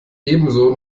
ebenso